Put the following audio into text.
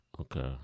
Okay